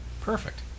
Perfect